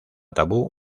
tabú